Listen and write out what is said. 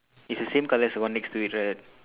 it's the same colour as the one next to it right